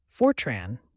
Fortran